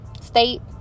state